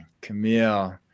Camille